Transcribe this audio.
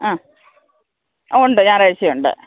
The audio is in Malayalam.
ആ ഉണ്ട് ഞായറാഴ്ചയും ഉണ്ട്